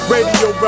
Radio